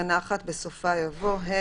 בתקנה 1 בסופה יבוא: "(ה)